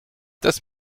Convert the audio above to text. das